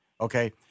okay